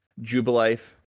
Jubilife